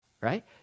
right